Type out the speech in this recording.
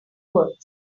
words